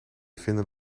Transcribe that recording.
vinden